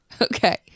Okay